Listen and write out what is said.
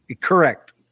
Correct